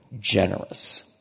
Generous